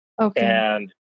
Okay